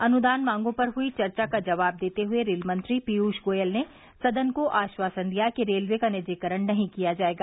अनुदान मांगों पर हई चर्चा का जवाब देते हुए रेलमंत्री पीयूष गोयल ने सदन को आश्वासन दिया कि रेलवे का निजीकरण नहीं किया जायेगा